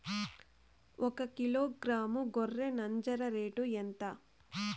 ఒకకిలో గ్రాము గొర్రె నంజర రేటు ఎంత?